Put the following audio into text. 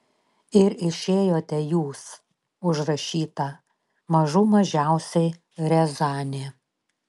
ir išėjote jūs užrašyta mažų mažiausiai riazanė